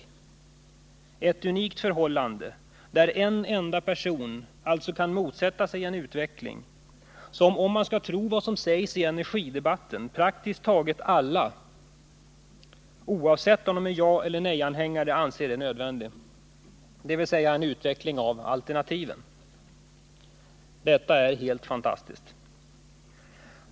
Detta skulle bli ett unikt förhållande, som alltså innebär att en enda person kan sätta stopp för en utveckling som, om man skall tro vad som sägs i energidebatten, praktiskt taget alla — oavsett om de är jaeller nej-anhängare — anser är nödvändig. Det är alltså fråga om en utveckling av alternativen. Detta är helt fantastiskt.